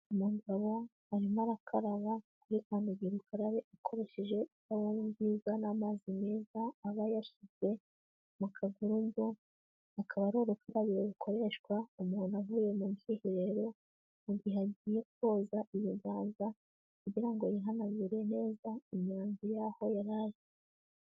Umugabo arimo arakaraba kuri kandagira ukarabe akoresheje isabune nziza n'amazi meza aba yashyize mu kagurudu, akaba ari urukarabiro rukoreshwa umuntu avuye mu bwiherero mu gihe agiye koza ibiganza kugira ngo yihanagure neza imyanda y'aho yari ari.